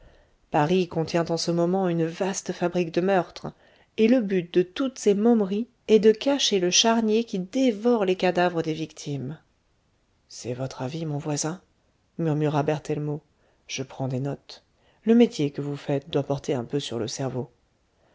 paris contient en ce moment une vaste fabrique de meurtres et le but de toutes ces momeries est de cacher le charnier qui dévore les cadavres des victimes c'est votre avis mon voisin murmura berthellemot je prends des notes le métier que vous faites doit porter un peu sur le cerveau